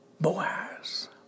Boaz